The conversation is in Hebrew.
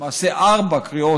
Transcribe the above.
למעשה ארבע קריאות,